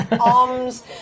arms